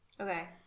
Okay